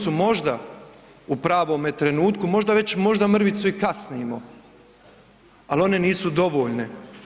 One su možda u pravome trenutku možda već možda mrvicu i kasnimo, al one nisu dovoljne.